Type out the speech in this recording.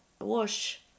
wash